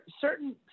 certain